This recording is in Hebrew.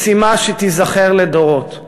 משימה שתיזכר לדורות.